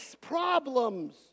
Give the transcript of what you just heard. problems